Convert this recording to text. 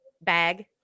Bag